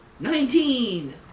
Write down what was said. Nineteen